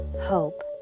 hope